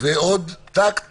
ועוד טקט